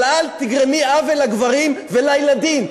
אבל אל תגרמי עוול לגברים ולילדים,